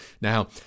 now